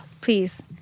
please